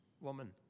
Woman